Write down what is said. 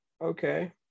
okay